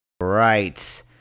Right